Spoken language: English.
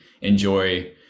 enjoy